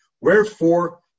Wherefore